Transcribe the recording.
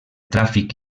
tràfic